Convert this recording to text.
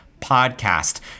Podcast